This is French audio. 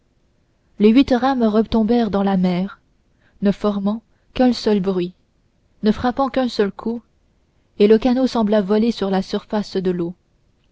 les huit rames retombèrent dans la mer ne formant qu'un seul bruit ne frappant qu'un seul coup et le canot sembla voler sur la surface de l'eau